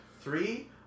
Three